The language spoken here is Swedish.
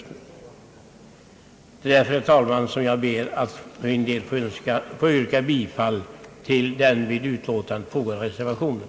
Jag ber därför, herr talman, att få yrka bifall till den vid utlåtandet fogade reservationen.